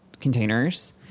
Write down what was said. containers